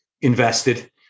invested